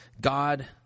God